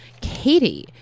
Katie